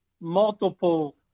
multiple